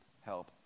help